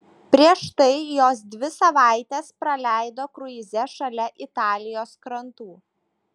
prieš tai jos dvi savaites praleido kruize šalia italijos krantų